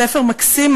ספר מקסים,